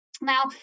Now